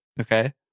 Okay